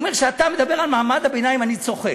כשאתה מדבר על מעמד הביניים אני צוחק.